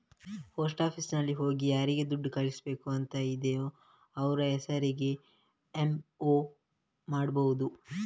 post ಆಫೀಸಿನಲ್ಲಿ ಹೋಗಿ ಯಾರಿಗೆ ದುಡ್ಡು ಕಳಿಸ್ಬೇಕು ಅಂತ ಇದೆಯೋ ಅವ್ರ ಹೆಸರಿಗೆ ಎಂ.ಒ ಮಾಡ್ಬಹುದು